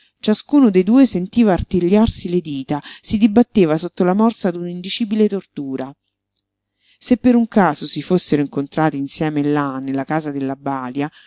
ciascuno de due sentiva artigliarsi le dita si dibatteva sotto la morsa d'un'indicibile tortura se per un caso si fossero incontrati insieme là nella casa della balia